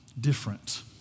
different